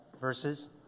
verses